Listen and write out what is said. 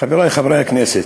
חברי חברי הכנסת,